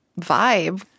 vibe